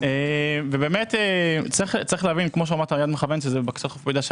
יד מכוונת,